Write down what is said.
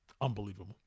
Unbelievable